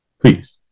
Please